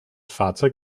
fahrzeug